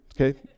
Okay